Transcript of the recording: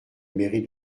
mairie